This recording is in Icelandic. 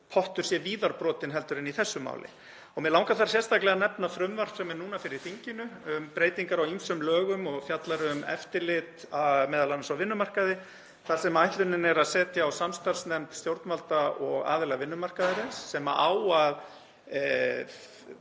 pottur sé víðar brotinn heldur en í þessu máli. Mig langar sérstaklega að nefna frumvarp sem er núna fyrir þinginu, um breytingar á ýmsum lögum og fjallar um eftirlit m.a. á vinnumarkaði, þar sem ætlunin er að setja á samstarfsnefnd stjórnvalda og aðila vinnumarkaðarins sem á að